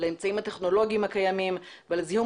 לאמצעים הטכנולוגיים הקיימים ולזיהום